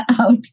out